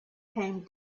came